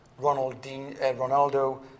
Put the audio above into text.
Ronaldo